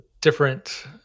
different